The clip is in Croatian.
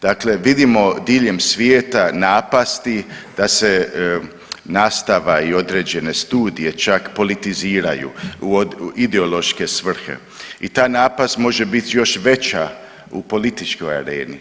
Dakle vidimo diljem svijeta napasti da se nastava i određene studije čak politiziraju u ideološke svrhe i ta napast može biti još veća u političkoj areni.